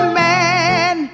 man